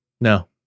No